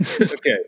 Okay